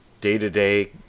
day-to-day